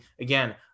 Again